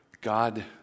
God